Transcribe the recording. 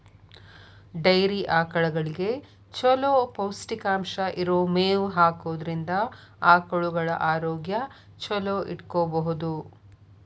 dairy ಆಕಳಗಳಿಗೆ ಚೊಲೋ ಪೌಷ್ಟಿಕಾಂಶ ಇರೋ ಮೇವ್ ಹಾಕೋದ್ರಿಂದ ಆಕಳುಗಳ ಆರೋಗ್ಯ ಚೊಲೋ ಇಟ್ಕೋಬಹುದು